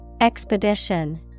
Expedition